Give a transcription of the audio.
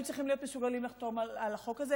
צריכים להיות מסוגלים לחתום על החוק הזה.